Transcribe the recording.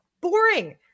boring